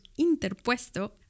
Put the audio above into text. Interpuesto